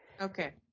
Okay